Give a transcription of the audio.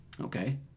Okay